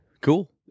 Cool